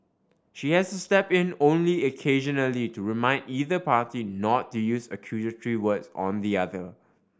she has to step in only occasionally to remind either party not to use accusatory words on the other